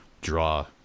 draw